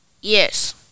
Yes